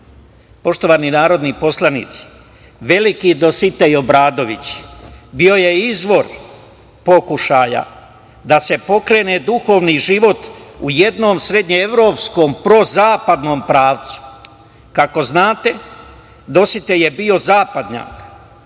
učvršćuje. Poštovani narodni poslanici, veliki Dositej Obradović bio je izvor pokušaja da se pokrene duhovni život u jednom srednjeevropskom prozapadnom pravcu. Kako znate, Dositej je bio zapadnjak,